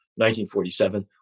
1947